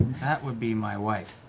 that would be my wife.